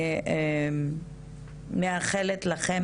אני מאחלת לכם